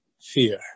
fear